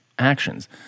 Actions